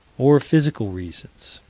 or physical reasons